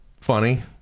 funny